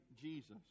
Jesus